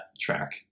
track